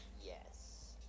Yes